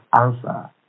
answer